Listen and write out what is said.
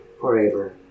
forever